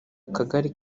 akagari